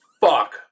fuck